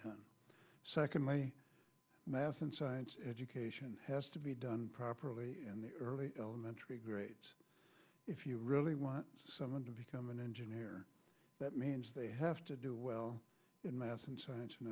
done secondly math and science education has to be done properly in the early elementary grades if you really want someone to become an engineer that means they have to do well in math and